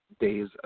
days